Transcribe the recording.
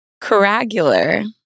Coragular